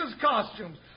costumes